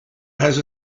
has